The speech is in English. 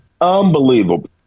Unbelievable